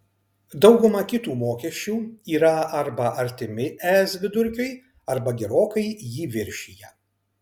dauguma kitų mokesčių yra arba artimi es vidurkiui arba gerokai jį viršija